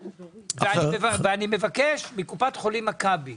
אני מבקש מקופת חולים מכבי,